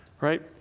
Right